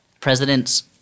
Presidents –